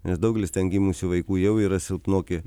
nes daugelis ten gimusių vaikų jau yra silpnoki